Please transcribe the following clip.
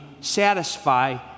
satisfy